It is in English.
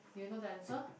do you know the answer